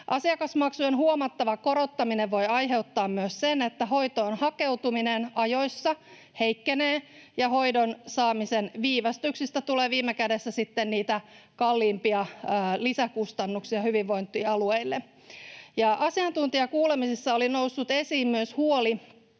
Asiakasmaksujen huomattava korottaminen voi aiheuttaa myös sen, että hoitoon hakeutuminen ajoissa heikkenee ja hoidon saamisen viivästyksistä tulee viime kädessä sitten niitä kalliimpia lisäkustannuksia hyvinvointialueille. Asiantuntijakuulemisissa oli noussut esiin myös huoli